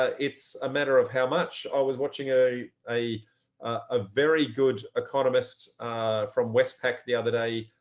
ah it's a matter of how much. i was watching a a a very good economist from westpac the other day,